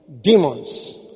Demons